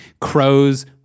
Crows